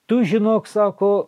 tu žinok sako